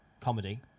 comedy